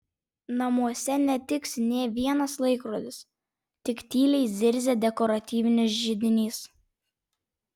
namuose netiksi nė vienas laikrodis tik tyliai zirzia dekoratyvinis židinys